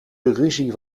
ruzie